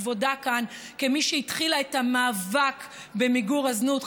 כבודה כאן כמי שהתחילה את המאבק במיגור הזנות,